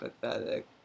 pathetic